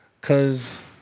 cause